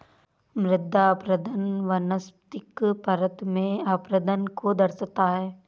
मृदा अपरदन वनस्पतिक परत में अपरदन को दर्शाता है